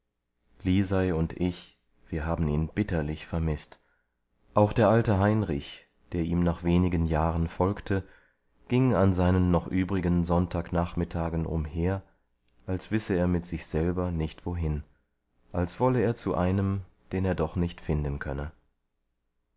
lisei und ich wir haben ihn bitterlich vermißt auch der alte heinrich der ihm nach wenigen jahren folgte ging an seinen noch übrigen sonntagnachmittagen umher als wisse er mit sich selber nicht wohin als wolle er zu einem den er doch nicht finden könne